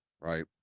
right